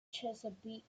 chesapeake